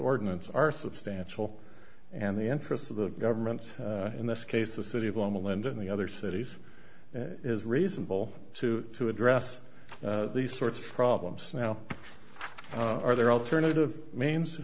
ordinance are substantial and the interests of the government in this case the city of loma linda in the other cities is reasonable to to address these sorts of problems now are there alternative means